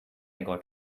got